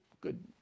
good